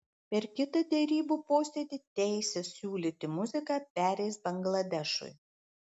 per kitą derybų posėdį teisė siūlyti muziką pereis bangladešui